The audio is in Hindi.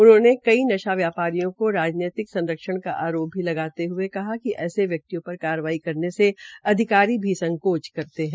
उन्होंने कई व्यापारियों को राजनीतिक संरक्षण का आरोप भी लगाते हये कहा कि ऐसे व्यक्तियों पर कार्रवाई करने से अधिकारी संकोच करते है